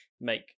make